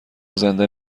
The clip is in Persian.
زنده